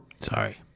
Sorry